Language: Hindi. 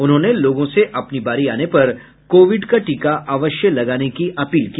उन्होंने लोगों से अपनी बारी आने पर कोविड का टीका अवश्य लगाने की अपील की